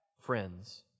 friends